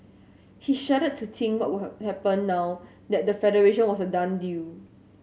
he shuddered to think what were happen now that the federation was a done deal